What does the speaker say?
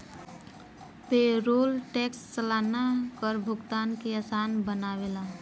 payroll tax सलाना कर भुगतान के आसान बनावेला